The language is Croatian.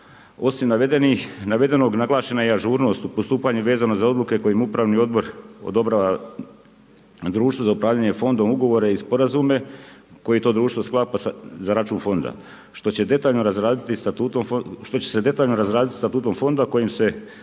Osim navedenog, naglašena je i ažurnost u postupanju vezano za odluke kojim upravni odbor odobrava društvo za upravljanje Fondom ugovore i sporazume koji to društvo sklapa za račun Fonda, što će detaljno razraditi Statutom Fonda kojim se